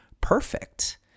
perfect